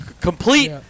complete